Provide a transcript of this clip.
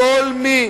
כל מי